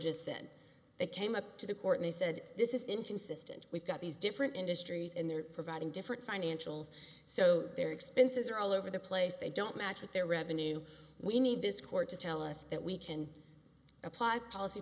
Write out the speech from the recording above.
just said they came up to the court they said this is into insistent we've got these different industries and they're providing different financials so their expenses are all over the place they don't match with their revenue we need this court to tell us that we can apply policy